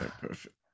Perfect